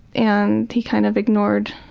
and he kind of ignored